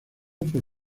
por